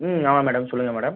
ம் ஆமாம் மேடம் சொல்லுங்கள் மேடம்